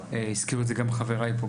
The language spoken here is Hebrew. הזכירו את זה גם חבריי פה,